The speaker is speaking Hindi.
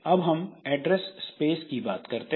अब हम एड्रेस स्पेस की बात करते हैं